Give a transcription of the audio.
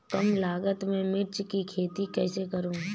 कम लागत में मिर्च की खेती कैसे करूँ?